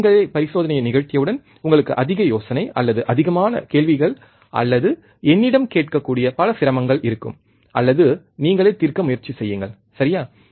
நீங்களே பரிசோதனையை நிகழ்த்தியவுடன் உங்களுக்கு அதிக யோசனை அல்லது அதிகமான கேள்விகள் அல்லது என்னிடம் கேட்கக்கூடிய பல சிரமங்கள் இருக்கும் அல்லது நீங்களே தீர்க்க முயற்சி செய்யுங்கள் சரியா